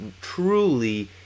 truly